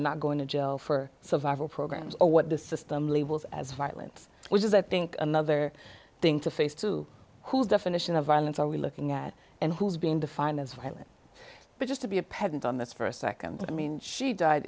not going to jail for survivor programs or what the system labels as violence which is i think another thing to face to who definition of violence are we looking at and who's being defined as violent but just to be a pedant on this for a nd i mean she died